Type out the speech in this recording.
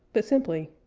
but simply,